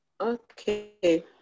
Okay